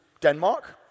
Denmark